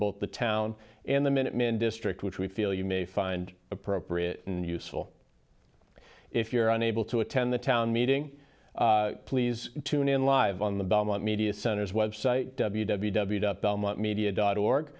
both the town and the minuteman district which we feel you may find appropriate and useful if you're unable to attend the town meeting please tune in live on the belmont media centers website w w w the belmont media dot org